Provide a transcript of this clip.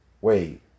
Wait